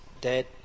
dead